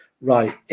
right